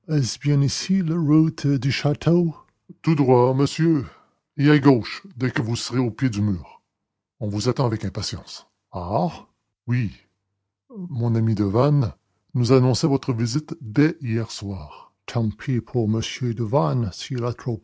du château tout droit monsieur et à gauche dès que vous serez au pied du mur on vous attend avec impatience ah oui mon ami devanne nous annonçait votre visite dès hier soir tant pis pour m devanne